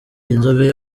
inzobe